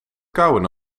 kauwen